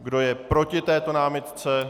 Kdo je proti této námitce?